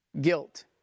guilt